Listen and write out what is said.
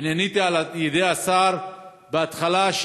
ובהתחלה נעניתי על-ידי השר שאין